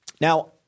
Now